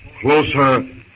closer